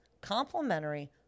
complimentary